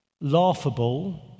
laughable